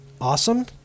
awesome